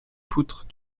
poutres